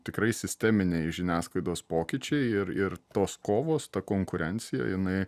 tikrai sisteminiai žiniasklaidos pokyčiai ir ir tos kovos ta konkurencija jinai